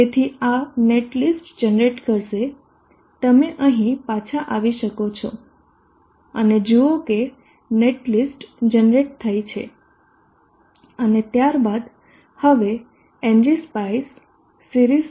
તેથી આ netlist generate કરશે તમે અહીં પાછા આવી શકો છો અને જુઓ કે નેટલિસ્ટ જનરેટ થઈ છે અને ત્યારબાદ હવે Ngspice series